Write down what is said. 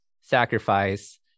sacrifice